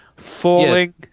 Falling